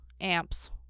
amps